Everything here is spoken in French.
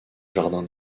jardin